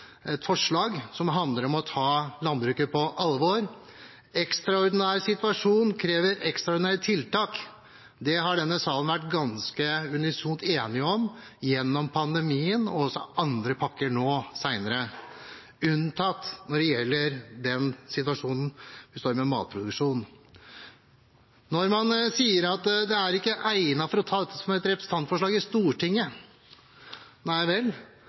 et forslag som handler om å ta landbruket på alvor. Ekstraordinære situasjoner krever ekstraordinære tiltak. Det har denne salen vært ganske unisont enige om gjennom pandemien og også under andre pakker nå senere, unntatt når det gjelder den situasjonen vi står i med matproduksjon. Man sier at det ikke er egnet å ta dette som et representantforslag i Stortinget. Nei vel?